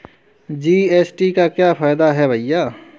GST का क्या फायदा है भैया?